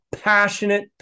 passionate